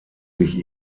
sich